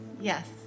Yes